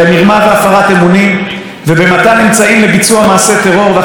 לביצוע מעשה טרור והכנסה של ציוד אלקטרוני לבית הסוהר והעברתו,